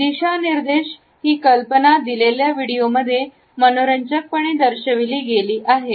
दिशानिर्देश ही कल्पना दिलेल्या व्हिडिओमध्ये मनोरंजकपणे दर्शविली गेली आहे